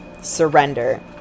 surrender